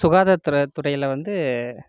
சுகாதாரத்துற துறையில் வந்து